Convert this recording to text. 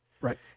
Right